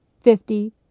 fifty